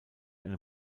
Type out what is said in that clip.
eine